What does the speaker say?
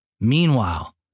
Meanwhile